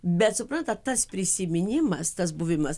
bet suprantat tas prisiminimas tas buvimas